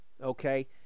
okay